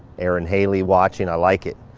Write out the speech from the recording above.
aaron haley watching, i like it.